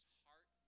heart